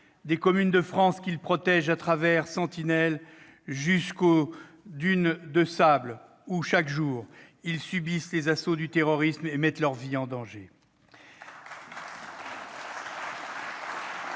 des communes de France, qu'ils protègent à travers l'opération Sentinelle, jusqu'aux dunes de sable où, chaque jour, ils subissent les assauts du terrorisme et mettent leur vie en danger.